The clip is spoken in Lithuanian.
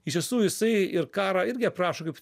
iš tiesų jisai ir karą irgi aprašo kaip